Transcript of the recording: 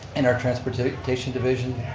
in our transportation division.